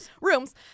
Rooms